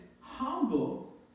humble